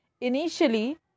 Initially